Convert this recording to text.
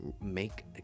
make